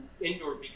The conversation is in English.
indoor